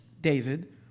David